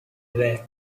relaxed